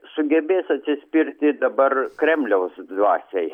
sugebės atsispirti dabar kremliaus dvasiai